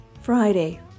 Friday